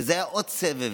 וזה היה עוד סבב